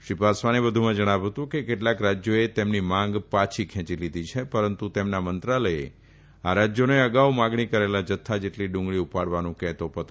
શ્રી પાસવાને વધુમાં જણાવ્યું હતું કે કેટલાક રાજ્યોએ તેમની માંગ પાછી ખેંચી લીધી છે પરંતુ તેમના મંત્રાલયે આ રાજ્યોને અગાઉ માંગણી કરેલા જથ્થા જેટલી ડુંગળી ઉપાડવાનું કહેતો પત્ર લખ્યો છે